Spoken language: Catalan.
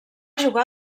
jugar